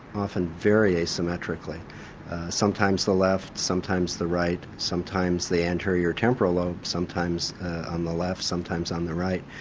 often very asymmetrically sometimes the left, sometimes the right, sometimes the anterior temporal lobe sometimes on the left sometimes on the right.